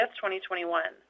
2021